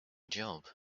job